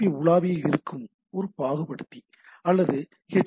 B உலாவியில் இருக்கும் ஒரு பாகுபடுத்தி அல்லது ஹெச்